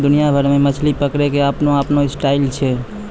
दुनिया भर मॅ मछली पकड़ै के आपनो आपनो स्टाइल छै